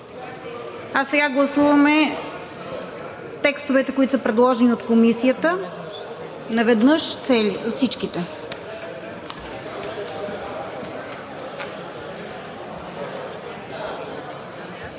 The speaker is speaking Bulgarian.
Сега гласуваме текстовете, които са предложени от Комисията – наведнъж, всичките.